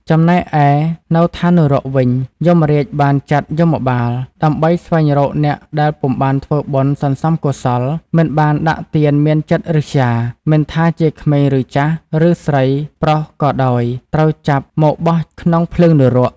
ចំណែកឯនៅថាននរកវិញ យមរាជបានចាត់យមបាល ដើម្បីស្វែងរកអ្នកដែលពុំបានធ្វើបុណ្យសន្សំកុសល មិនបានដាក់ទានមានចិត្តឬស្យា មិនថាជាក្មេងឬចាស់ឬស្រីប្រុសក៏ដោយត្រូវចាប់មកបោះក្នុងភ្លើងនរក។